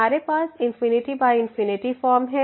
हमारे पास∞∞ फॉर्म है